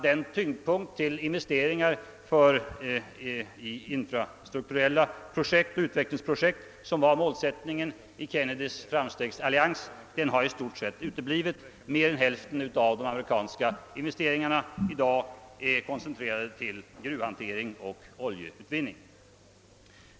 Den tyngdpunkt av investeringar i infrastrukturella projekt, och utvecklingsprojekt, som var målsättningen i Kennedys framstegsallians, har i stort sett uteblivit. Mer än hälften av de amerikanska investeringarna är i dag koncentrerade till gruvhantering och oljeutvinning.